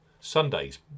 Sunday's